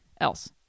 else